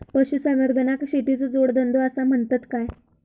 पशुसंवर्धनाक शेतीचो जोडधंदो आसा म्हणतत काय?